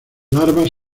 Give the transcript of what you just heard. larvas